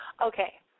Okay